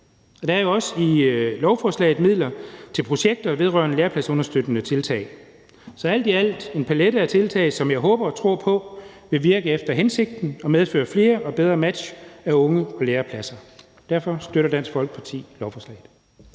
Der er jo også i lovforslaget afsat midler til projekter vedrørende lærepladsunderstøttende tiltag. Så det er alt i alt en palet af tiltag, som jeg håber og tror på vil virke efter hensigten og medføre flere og bedre match af unge og lærepladser. Derfor støtter Dansk Folkeparti lovforslaget.